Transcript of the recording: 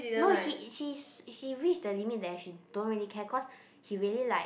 no he is he is he reach the limit that he don't care because he really like